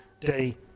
day